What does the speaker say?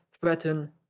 threaten